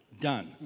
Done